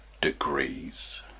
degrees